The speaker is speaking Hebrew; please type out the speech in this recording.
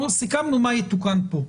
סיכמנו מה יתוקן פה,